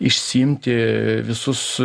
išsiimti visus